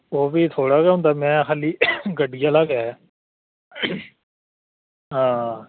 ओह् भी थुआढ़ा गै होंदा में खाल्ली गड्डियै आह्ला गै ऐ